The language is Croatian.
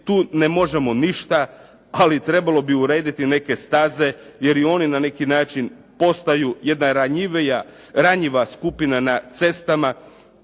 tu ne možemo ništa ali trebalo bi urediti neke staze jer i oni na neki način postaju jedna ranjiva skupina na cestama,